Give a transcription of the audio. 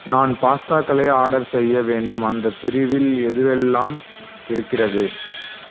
நான் பாஸ்தாக்களை ஆர்டர் செய்ய வேண்டும் அந்தப் பிரிவில் எதுவெல்லாம் இருக்கிறது